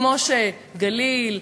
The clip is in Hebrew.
כמו בגליל,